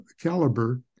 caliber